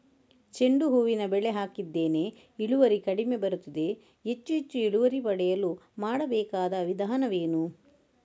ಚೆಂಡು ಹೂವಿನ ಬೆಳೆ ಹಾಕಿದ್ದೇನೆ, ಇಳುವರಿ ಕಡಿಮೆ ಬರುತ್ತಿದೆ, ಹೆಚ್ಚು ಹೆಚ್ಚು ಇಳುವರಿ ಪಡೆಯಲು ಮಾಡಬೇಕಾದ ವಿಧಾನವೇನು?